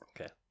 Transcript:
Okay